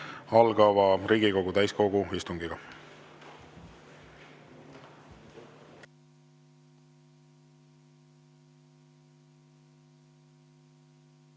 algava Riigikogu täiskogu istungiga.